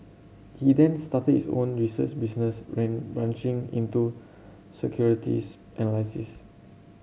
he then started his own research business branching into securities analysis